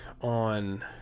on